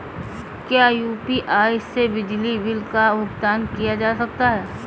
क्या यू.पी.आई से बिजली बिल का भुगतान किया जा सकता है?